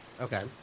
Okay